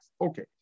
Okay